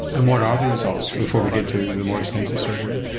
and what are the results before we get to the more extensive surgery?